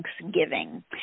Thanksgiving